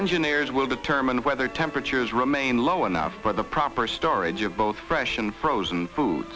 engineers will determine whether temperatures remain low enough but the proper storage of both fresh and frozen foods